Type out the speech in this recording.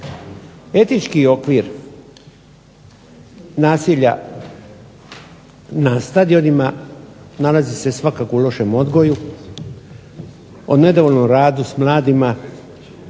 Etički okvir nasilja na stadionima nalazi se svakako u lošem odgoju, u nedovoljnom radu s mladima